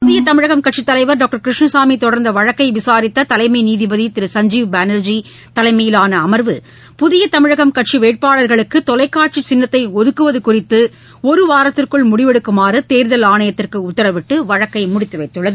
புதியதமிழகம் கட்சித்தலைவர் டாக்டர் கிருஷ்ணசாமிதொடர்ந்தவழக்கைவிசாரித்ததலைமைநீதிபதிரு பானர்றி தலைமையிலானஅமர்வு சுன்றீவ் புதியதமிழகம் கட்சிவேட்பாளர்களுக்குதொலைக்காட்சிசின்னத்தைஒதுக்குவதுகுறித்துஒருவாரத்திற்குள் முடிவெடுக்குமாறுதேர்தல் ஆணையத்திற்குஉத்தரவிட்டு வழக்கைமுடித்துவைத்தனர்